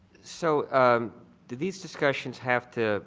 so do these discussions have to